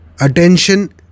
Attention